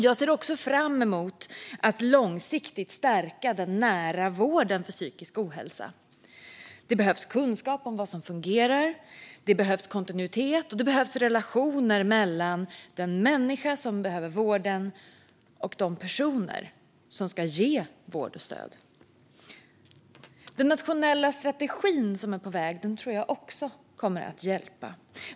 Jag ser fram emot att långsiktigt stärka den nära vården för psykisk ohälsa. Det behövs kunskap om vad som fungerar, det behövs kontinuitet och det behövs relationer mellan den människa som behöver vård och de personer som ska ge vård och stöd. Den nationella strategi som är på väg tror jag också kommer att hjälpa.